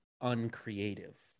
uncreative